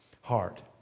heart